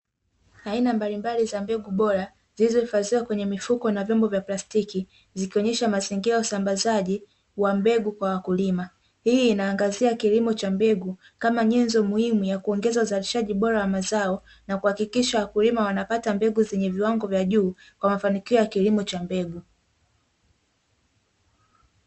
Aina mbalimbali za mbegu bora zilizohifadhiwa na vyombo vya plastiki zikionyesha mazingira ya usambazaji wa mbegu Kwa wakulima. Hii inaangazia kilimo cha mbegu kama nyenzo muhimu ya kuongeza uzalishaji bora wa mazao na kuhakikisha wakulima wanapata mbegu zenye viwango vya juu, Kwa mafanikio ya kilimo cha mbegu.